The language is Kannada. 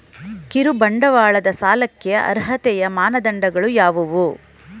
ಕಿರುಬಂಡವಾಳ ಸಾಲಕ್ಕೆ ಅರ್ಹತೆಯ ಮಾನದಂಡಗಳು ಯಾವುವು?